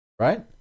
right